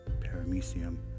paramecium